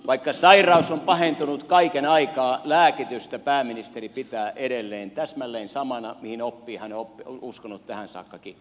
vaikka sairaus on pahentunut kaiken aikaa lääkitystä pääministeri pitää edelleen täsmälleen samana mihin hän on uskonut tähän saakkakin